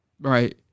right